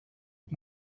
und